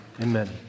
Amen